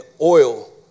oil